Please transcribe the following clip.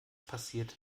passiert